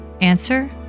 Answer